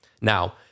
Now